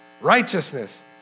righteousness